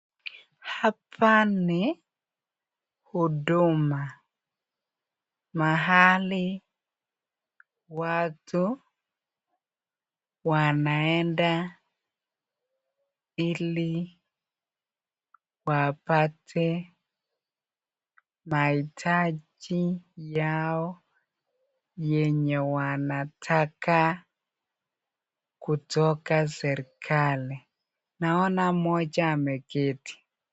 Hapa ni huduma mahali watu wanaenda ili wapate mahitaji yao yenye wanataka kutoka serikali, naona mmoja ameketi.